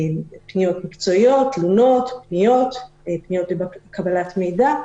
פניות מקצועיות, תלונות, פניות לקבלת מידע.